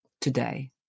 today